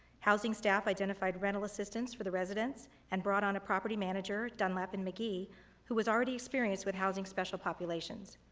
housing staff identified rental assistance for the residents and brought on a property manager, dunlap and mcgee who was already experienced with housing special populations.